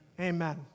Amen